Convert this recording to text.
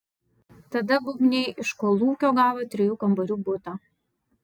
tada bubniai iš kolūkio gavo trijų kambarių butą